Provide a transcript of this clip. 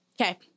Okay